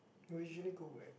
we usually go where